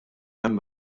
hemm